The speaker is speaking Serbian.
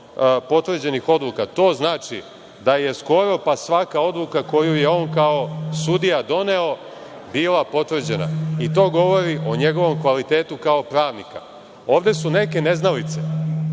potvrđenih odluka. To znači da je skoro pa svaka odluka, koju je on kao sudija doneo, bila potvrđena. To govori o njegovom kvalitetu kao pravniku. Ovde su neke neznalice